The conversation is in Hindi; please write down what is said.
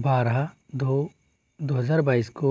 बारह दो दो हज़ार बाईस को